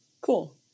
Cool